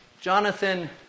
Jonathan